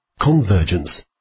Convergence